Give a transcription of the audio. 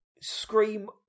scream